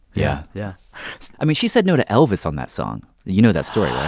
yeah. yeah i mean, she said no to elvis on that song. you know that story, yeah